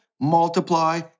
multiply